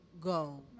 go